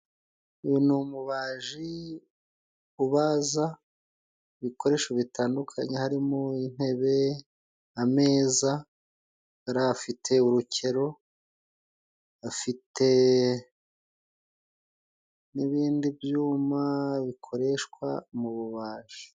Uyu ni umubaji ubaza ibikoresho bitandukanye. Harimo intebe, ameza dore afite urukero, afite n'ibindi byuma bikoreshwa mu bubaji.